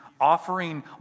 offering